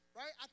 right